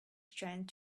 strength